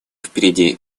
впереди